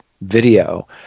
video